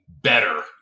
better